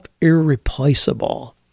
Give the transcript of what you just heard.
irreplaceable